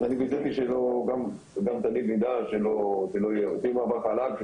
אז אני וידאתי גם תניב תדע שלא --- יהיה מעבר חלק.